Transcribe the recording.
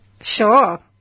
Sure